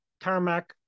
Tarmac